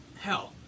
hell